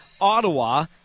Ottawa